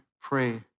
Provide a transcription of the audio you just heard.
pray